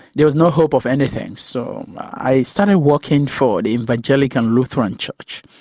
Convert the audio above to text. there was no hope of anything, so i started working for the evangelical lutheran church.